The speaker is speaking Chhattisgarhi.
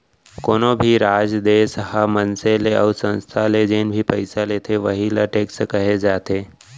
कोनो भी राज, देस ह मनसे ले अउ संस्था ले जेन भी पइसा लेथे वहीं ल टेक्स कहे जाथे